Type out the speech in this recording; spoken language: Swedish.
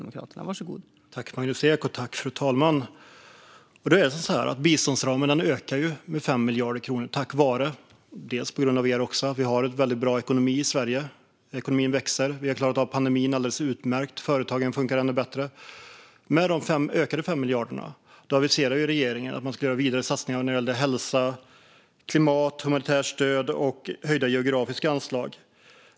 Fru talman! Biståndsramen har ökat med 5 miljarder kronor tack vare att Sveriges ekonomi går bra. Vi har klarat av pandemin alldeles utmärkt, och företagen funkar ännu bättre. Regeringen har aviserat att man med dessa 5 miljarder ska göra vidare satsningar på hälsa, klimat och humanitärt stöd och höja de geografiska anslagen.